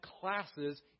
classes